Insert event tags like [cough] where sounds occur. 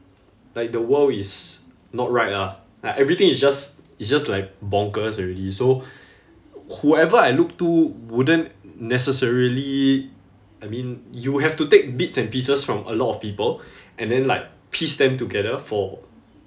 like the world is not right ah like everything is just is just like bonkers already so [breath] whoever I look to wouldn't necessarily I mean you would have to take bits and pieces from a lot of people [breath] and then like piece them together for